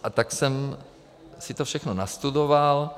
A tak jsem si to všechno nastudoval.